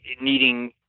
needing